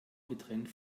getrennt